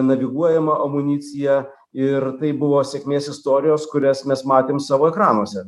naviguojama amunicija ir tai buvo sėkmės istorijos kurias mes matėm savo ekranuose